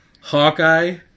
Hawkeye